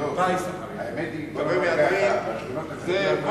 קווי מהדרין זה,